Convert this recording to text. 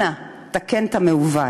אנא, תקן את המעוות.